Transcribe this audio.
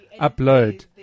upload